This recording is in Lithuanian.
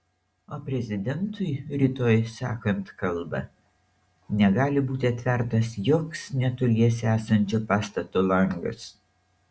o prezidentui rytoj sakant kalbą negali būti atvertas joks netoliese esančio pastato langas